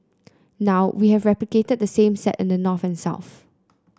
now we have replicated the same set in the north and south